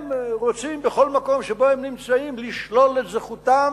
הם רוצים בכל מקום שבו הם נמצאים לשלול את זכותם